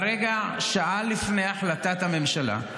שעה לפני החלטת הממשלה,